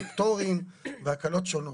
של פטורים והקלות שונות.